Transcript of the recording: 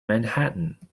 manhattan